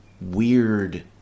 weird